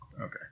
Okay